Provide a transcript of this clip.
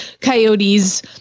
coyotes